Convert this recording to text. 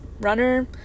runner